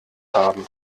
haben